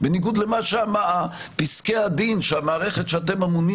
בניגוד למה שפסקי הדין שהמערכת שאתם אמונים